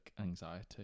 anxiety